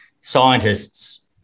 scientists